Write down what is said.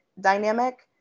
dynamic